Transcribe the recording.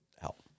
help